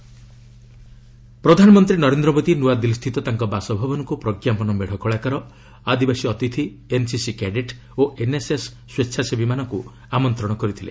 PM ଟାବ୍ଲ୍ୟ ପ୍ରଧାନମନ୍ତ୍ରୀ ନରେନ୍ଦ୍ର ମୋଦି ନୂଆଦିଲ୍ଲୀ ସ୍ଥିତ ତାଙ୍କ ବାସଭବନକୁ ପ୍ରଜ୍ଞାପନ ମେଢ଼ କଳାକାର ଆଦିବାସୀ ଅତିଥି ଏନ୍ସିସି କ୍ୟାଡେଟ୍ ଓ ଏନ୍ଏସ୍ଏସ୍ ସ୍ୱଚ୍ଚାସେବୀମାନଙ୍କୁ ଆମନ୍ତ୍ରଣ କରିଥିଲେ